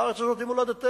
הארץ הזאת היא מולדתנו.